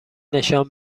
نشان